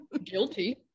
guilty